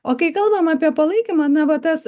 o kai kalbam apie palaikymą na va tas